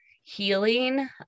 healing